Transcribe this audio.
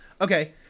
Okay